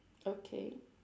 okay